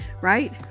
right